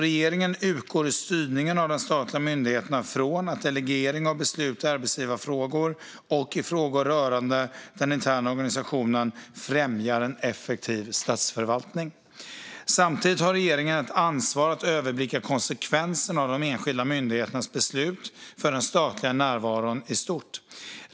Regeringen utgår i styrningen av de statliga myndigheterna från att delegering av beslut i arbetsgivarfrågor och frågor rörande den interna organisationen främjar en effektiv statsförvaltning. Samtidigt har regeringen ett ansvar att överblicka konsekvenserna av de enskilda myndigheternas beslut för den statliga närvaron i stort.